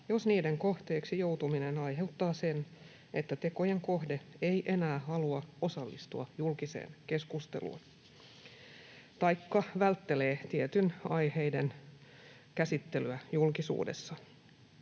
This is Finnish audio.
jos niiden kohteeksi joutuminen aiheuttaa sen, että tekojen kohde ei enää halua osallistua julkiseen keskusteluun taikka välttelee tiettyjen aiheiden käsittelyä julkisuudessa.